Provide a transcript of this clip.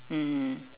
mmhmm